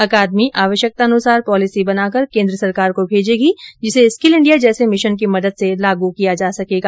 अकादमी आवश्यकतानुसार पॉलिसी बनाकर केंद्र सरकार को भेजेगी जिसे स्किल इंडिया जैसे भिशन की मदद से लागू किया जा सकेगा